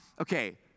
okay